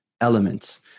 elements